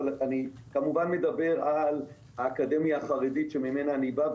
אבל אני כמובן מדבר על האקדמיה החרדית שממנה אני בא,